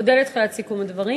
אודה לך על סיכום הדברים.